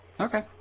Okay